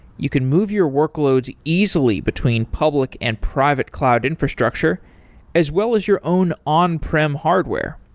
you can move your workloads easily between public and private cloud infrastructure as well as your own on-prim hardware.